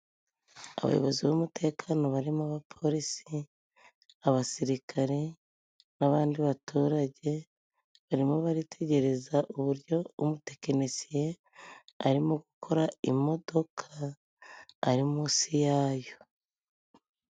Abayobozi b'umutekano barimo: abapolisi, abasirikare n'abandi baturage barimo baritegereza uburyo umutekinisiye arimo gukora imodoka ari munsi yayo.